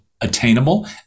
attainable